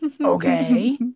Okay